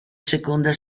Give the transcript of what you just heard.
seconda